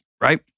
right